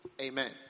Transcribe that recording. Amen